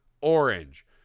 Orange